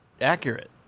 accurate